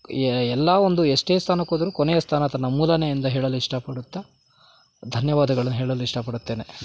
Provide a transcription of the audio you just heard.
ಎಲ್ಲ ಒಂದು ಎಷ್ಟೇ ಸ್ಥಾನಕ್ಕೋದರೂ ಕೊನೆಯ ಸ್ಥಾನ ತನ್ನ ಮೂಲನೇ ಎಂದು ಹೇಳಲು ಇಷ್ಟಪಡುತ್ತ ಧನ್ಯವಾದಗಳು ಹೇಳಲು ಇಷ್ಟಪಡುತ್ತೇನೆ